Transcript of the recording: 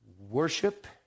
worship